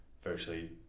virtually